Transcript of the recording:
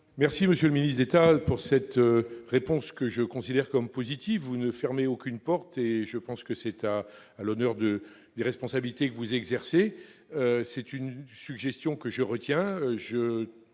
Merci, monsieur le ministre d'État, pour cette réponse que je considère comme positive. Vous ne fermez aucune porte, ce qui, je crois, est à l'honneur des responsabilités que vous exercez. Je retiens votre suggestion